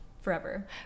forever